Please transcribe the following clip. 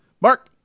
Mark